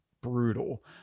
brutal